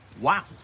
Wow